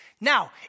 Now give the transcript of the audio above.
Now